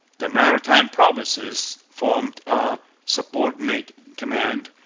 the maritime provinces formed a subordinate command,